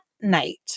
night